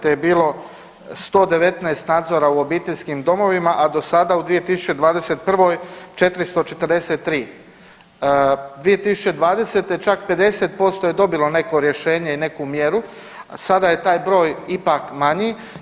2020. je bilo 119 nadzora u obiteljskim domovima, a do sada u 2021. 443. 2020. čak 50% je dobilo neko rješenje i neku mjeru, a sada je taj broj ipak manji.